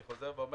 אני חוזר ואומר,